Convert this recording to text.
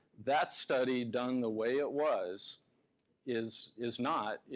that study done the way it was is is not,